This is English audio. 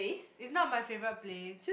it's not my favourite place